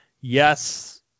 yes